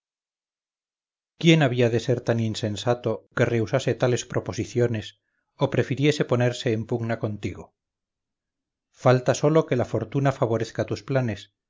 quién había de ser tan insensato que rehusase tales proposiciones o prefiriese ponerse en pugna contigo falta sólo que la fortuna favorezca tus planes